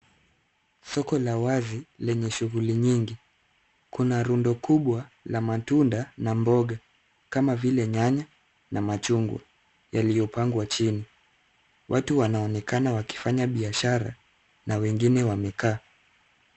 Soko la wazi lenye shughuli nyingi. Kuna rundo kubwa la matunda na mboga kama vile nyanya na machungwa yaliyopangwa chini. Watu wanaonekana wakifanya biashara na wengine wamekaa.